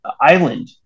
island